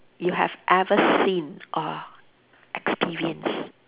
you have ever seen or experienced